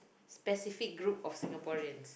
specific group of Singaporeans